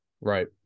Right